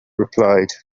replied